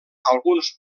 alguns